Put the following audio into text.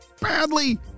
badly